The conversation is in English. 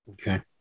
Okay